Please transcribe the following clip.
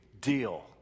deal